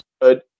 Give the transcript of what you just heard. good